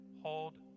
hold